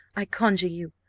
i conjure you,